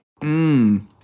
Mmm